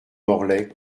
morlaix